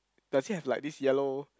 does he have like this yellow